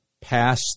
pass